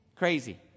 Crazy